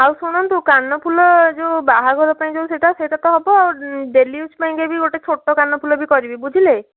ଆଉ ଶୁଣନ୍ତୁ କାନଫୁଲ ଯେଉଁ ବାହାଘର ପାଇଁ ଯେଉଁ ସେଇଟା ସେଇଟା ତ ହେବ ଆଉ ଡେଲି ୟୁଜ ପାଇଁକା ବି ଗୋଟେ ଛୋଟ କାନଫୁଲ ବି କରିବି ବୁଝିଲେ